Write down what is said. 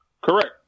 Correct